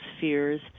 fears